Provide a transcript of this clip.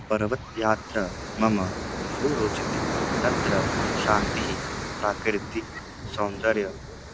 पर्वतयात्रा मम बहु रोचते तत्र शान्तिः प्राकृतिकसौन्दर्यं